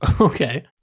Okay